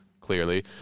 clearly